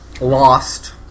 lost